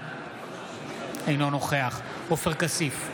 אינו נוכח עופר כסיף,